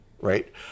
Right